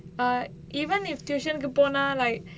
uh even with tuition கு போனா:ku ponaa like